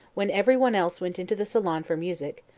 when every one else went into the salon for music,